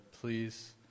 please